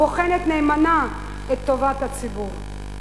הבוחנת נאמנה את טובת הציבור?